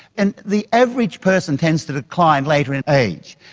and the average person tends to decline later in age.